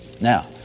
Now